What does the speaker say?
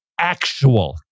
actual